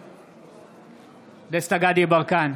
נגד דסטה גדי יברקן,